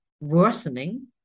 worsening